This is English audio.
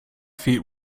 feet